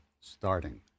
starting